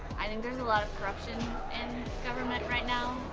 i think there's a lot of corruption in government right now,